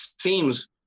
seems